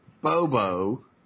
Bobo